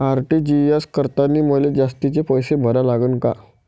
RTGS करतांनी मले जास्तीचे पैसे भरा लागन का?